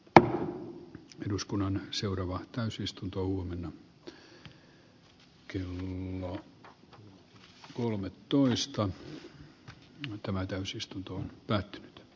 että eduskunnan sanotusti kelkasta nyky yhteiskunnan menossa